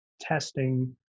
testing